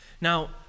Now